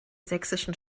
sächsischen